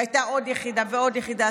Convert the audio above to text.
והייתה עוד יחידה ועוד יחידה.